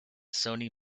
sony